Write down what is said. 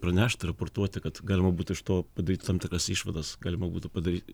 pranešt ar raportuoti kad galima būtų iš to padaryti tam tikras išvadas galima būtų padary